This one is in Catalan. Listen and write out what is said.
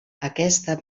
aquesta